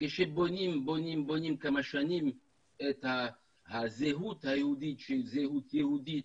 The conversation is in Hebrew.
כשבונים בונים בונים כמה שנים את הזהות היהודית שהיא זהות יהודית,